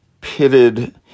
pitted